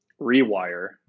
Rewire